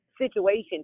situation